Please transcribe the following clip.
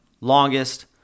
longest